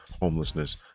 homelessness